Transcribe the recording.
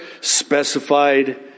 specified